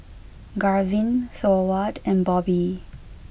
Garvin Thorwald and Bobby